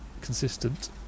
consistent